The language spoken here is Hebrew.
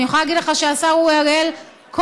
אני יכולה להגיד לך שהשר אורי אריאל כל